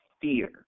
fear